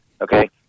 Okay